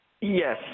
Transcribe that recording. Yes